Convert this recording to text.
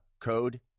code